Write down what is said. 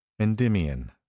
Endymion